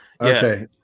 Okay